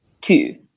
two